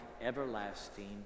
everlasting